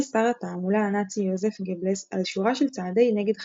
שר התעמולה הנאצי יוזף גבלס על שורה של "צעדי נגד חריפים"